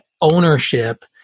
ownership